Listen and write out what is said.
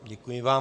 Děkuji vám.